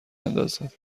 اندازد